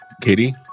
Katie